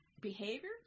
behavior